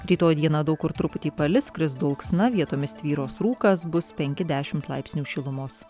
rytoj dieną daug kur truputį palis kris dulksna vietomis tvyros rūkas bus penki dešimt laipsnių šilumos